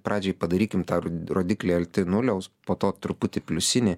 pradžiai padarykim tą rodiklį arti nuliaus po to truputį pliusinį